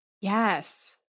Yes